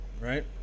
right